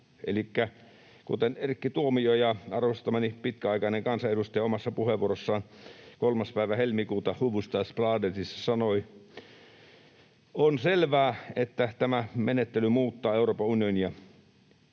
kuten Erkki Tuomioja — arvostamani pitkäaikainen kansanedustaja — omassa puheenvuorossaan 3. päivä helmikuuta Hufvudstadsbladetissa sanoi, on selvää, että tämä menettely muuttaa Euroopan unionia,